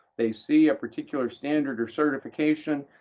they see a particular standard or certification,